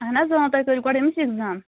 اَہَن حظ تۄہہِ کٔرِو گۄڈٕ أمِس اِیکزام